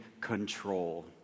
control